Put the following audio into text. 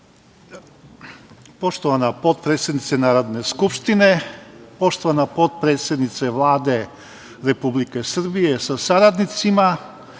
Poštovana potpredsednice Narodne skupštine, poštovana potpredsednice Vlade Republike Srbije sa saradnicima,